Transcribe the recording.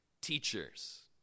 teachers